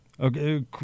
Okay